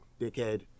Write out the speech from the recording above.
dickhead